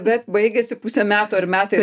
bet baigiasi pusė metų ar metai